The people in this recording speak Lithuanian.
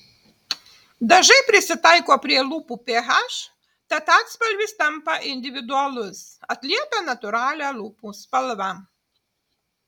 dažai prisitaiko prie lūpų ph tad atspalvis tampa individualus atliepia natūralią lūpų spalvą